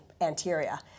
anterior